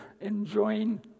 enjoying